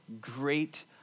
great